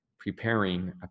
Preparing